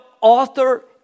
author